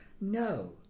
No